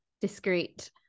discreet